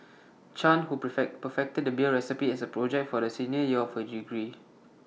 chan who prefect perfected the beer recipe as A project for the senior year of her degree